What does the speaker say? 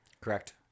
Correct